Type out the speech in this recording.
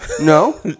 No